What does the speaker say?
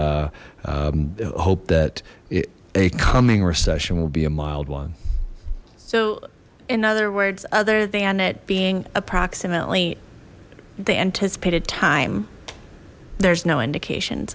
hope that a coming recession will be a mild one so in other words other than it being approximately the anticipated time there's no indication